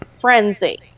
frenzy